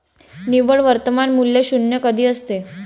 निव्वळ वर्तमान मूल्य शून्य कधी असते?